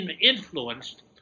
influenced